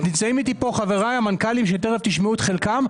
נמצאים איתי כאן חבריי המנכ"לים שתכף תשמעו את חלקם.